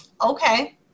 Okay